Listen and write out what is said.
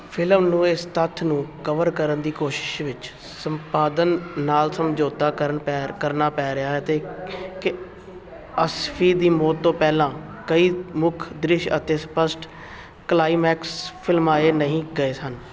film ਨੂੰ ਇਸ ਤੱਥ ਨੂੰ ਕਵਰ ਕਰਨ ਦੀ ਕੋਸ਼ਿਸ਼ ਵਿੱਚ ਸੰਪਾਦਨ ਨਾਲ ਸਮਝੌਤਾ ਕਰਨ ਪੈ ਕਰਨਾ ਪੈ ਰਿਹਾ ਹੈ ਅਤੇ ਕਿ ਆਸਿਫੀ ਦੀ ਮੌਤ ਤੋਂ ਪਹਿਲਾਂ ਕਈ ਮੁੱਖ ਦ੍ਰਿਸ਼ ਅਤੇ ਸਪੱਸ਼ਟ ਕਲਾਈਮੈਕਸ ਫਿਲਮਾਏ ਨਹੀਂ ਗਏ ਸਨ